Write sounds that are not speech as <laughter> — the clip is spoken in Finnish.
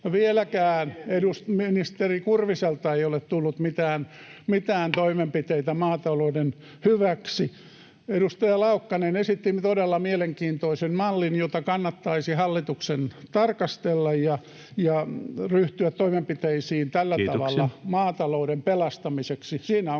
vieläkään ministeri Kurviselta ei ole tullut mitään toimenpiteitä maatalouden hyväksi. <noise> Edustaja Laukkanen esitti todella mielenkiintoisen mallin, jota hallituksen kannattaisi tarkastella ja ryhtyä toimenpiteisiin [Puhemies: Kiitoksia!] tällä tavalla maatalouden pelastamiseksi.